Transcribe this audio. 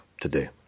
today